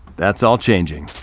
that's all changing.